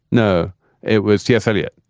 no it was t s. eliot.